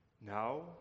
Now